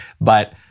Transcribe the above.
But-